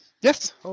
Yes